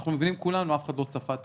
אנחנו מבינים כולנו שאף אחד לא צפה את